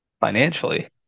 financially